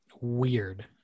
weird